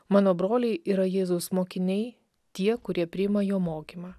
mano broliai yra jėzaus mokiniai tie kurie priima jo mokymą